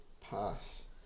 pass